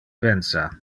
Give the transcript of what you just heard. pensa